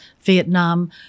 Vietnam